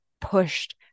pushed